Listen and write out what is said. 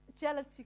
jealousy